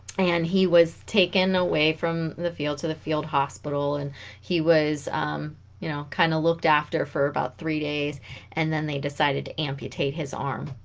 and he was taken away from the field to the field hospital and he was you know kind of looked after for about three days and then they decided to amputate his arm